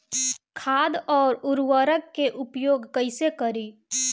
खाद व उर्वरक के उपयोग कइसे करी?